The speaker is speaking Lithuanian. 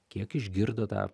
kiek išgirdo tą